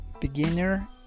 beginner